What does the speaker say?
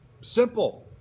Simple